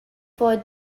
for